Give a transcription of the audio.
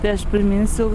tai aš priminsiu